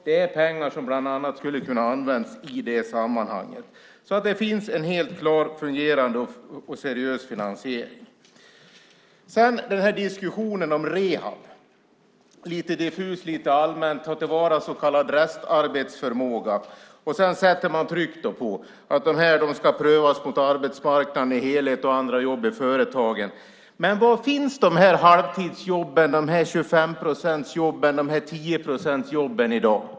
Det är pengar som bland annat hade kunnat användas i det sammanhanget. Det finns en helt klar, fungerande och seriös finansiering. Det finns en diskussion om rehab. Det är lite diffust och allmänt om att ta till vara så kallad restarbetsförmåga. Sedan sätts det tryck på att dessa människor ska prövas mot arbetsmarknaden i helhet och andra jobb i företagen. Men var finns halvtidsjobben, 25-procentsjobben och 10-procentsjobben i dag?